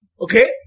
Okay